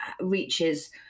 reaches